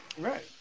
right